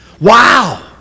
Wow